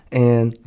and,